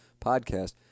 podcast